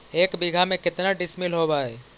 एक बीघा में केतना डिसिमिल होव हइ?